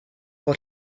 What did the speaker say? bod